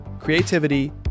Creativity